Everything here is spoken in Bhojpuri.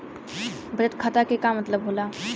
बचत खाता के का मतलब होला?